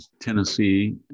Tennessee